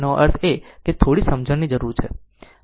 તેનો અર્થ એ કે થોડી સમજણ જરૂરી છે